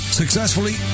successfully